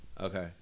Okay